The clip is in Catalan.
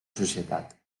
societat